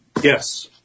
Yes